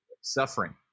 suffering